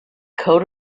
coat